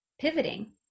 pivoting